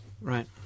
right